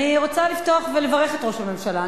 אני רוצה לפתוח ולברך את ראש הממשלה.